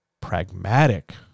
pragmatic